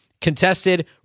contested